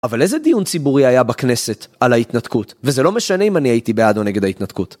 אבל איזה דיון ציבורי היה בכנסת על ההתנתקות? וזה לא משנה אם אני הייתי בעד או נגד ההתנתקות.